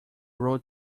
road